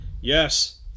Yes